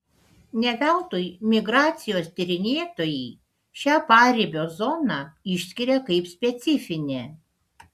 ne veltui migracijos tyrinėtojai šią paribio zoną išskiria kaip specifinę